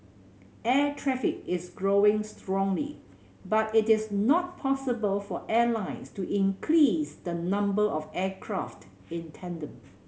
air traffic is growing strongly but it is not possible for airlines to increase the number of aircraft in tandem